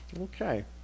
Okay